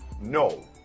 No